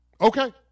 Okay